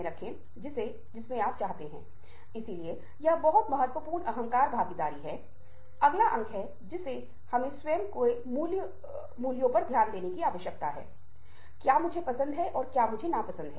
रूस के शहरों में से एक शहर मे ठंडी शाम को हमें केंद्रीय चरित्र इओना से परिचित कराया जाता है जो एक घोड़ा टैक्सी चालक है